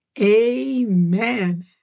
amen